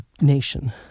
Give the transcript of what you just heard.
nation